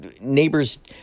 neighbors